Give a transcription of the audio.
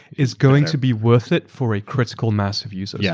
is going to be worth it for a critical mass of users, yeah